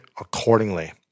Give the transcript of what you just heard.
accordingly